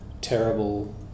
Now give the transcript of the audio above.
terrible